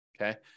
okay